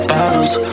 Bottles